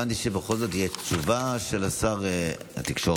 הבנתי שבכל זאת תהיה תשובה של שר התקשורת,